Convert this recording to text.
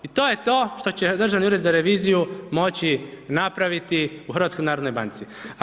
I to je to što će Državni ured za reviziju moći napraviti u HNB-u.